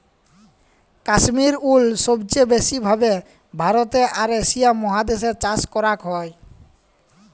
কাশ্মির উল সবচে ব্যাসি ভাবে ভারতে আর এশিয়া মহাদেশ এ চাষ করাক হয়ক